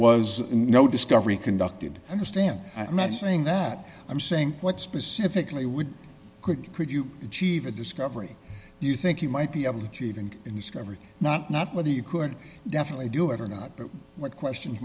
was no discovery conducted understand i'm not saying that i'm saying what specifically would you could you chiva discovery you think you might be able to achieve and in discovery not not whether you could definitely do it or not but what question